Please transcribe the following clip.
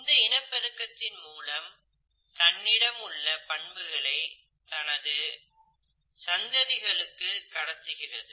இந்த இனப்பெருக்கத்தின் மூலம் தன்னிடமுள்ள பண்புகளை தனது சந்ததிகளுக்கு கடத்துகிறது